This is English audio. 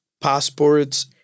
passports